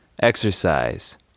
Exercise